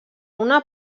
una